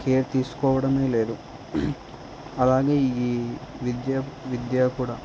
care తీసుకోవడమే లేదు అలాగే ఈ విద్య విద్య కూడా